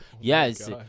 yes